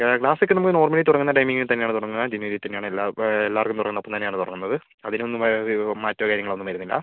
ക്ലാസ്സൊക്കെ നമുക്ക് നോർമലി തുടങ്ങുന്ന ടൈമിങ്ങിൽ തന്നെയാണ് തുടങ്ങുന്നത് ജനുവരിയിൽ തന്നെയാണ് എല്ലാവർക്കും എല്ലാവർക്കും തുടങ്ങുന്നത് അപ്പം തന്നെയാണ് തുടങ്ങുന്നത് അതിനൊന്നും മാറ്റമോ കാര്യങ്ങളോ ഒന്നും വരുന്നില്ല